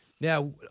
Now